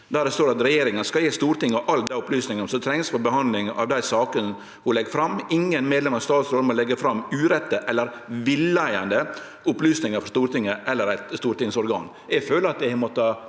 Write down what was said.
der det står: «Regjeringa skal gje Stortinget alle dei opplysningane som trengst for behandlinga av dei sakene ho legg fram. Ingen medlemmer av statsrådet må leggje fram urette eller villeiande opplysningar for Stortinget eller eit stortingsorgan.» Eg føler at eg har